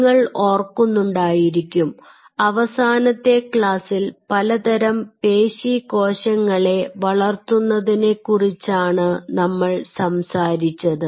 നിങ്ങൾ ഓർക്കുന്നുണ്ടായിരിക്കും അവസാനത്തെ ക്ലാസിൽ പലതരം പേശി കോശങ്ങളെ വളർത്തുന്നതിനെക്കുറിച്ചാണ് നമ്മൾ സംസാരിച്ചത്